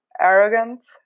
arrogant